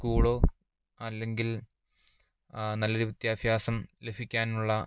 സ്കൂളോ അല്ലെങ്കിൽ നല്ല ഒരു വിദ്യാഭ്യാസം ലഭിക്കാനുള്ള